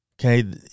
Okay